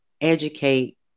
educate